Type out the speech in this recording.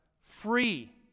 free